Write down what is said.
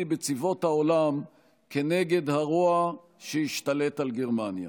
בצבאות העולם כנגד הרוע שהשתלט על גרמניה.